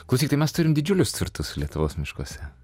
klausyk tai mes turim didžiulius turtus lietuvos miškuose